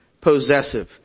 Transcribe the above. possessive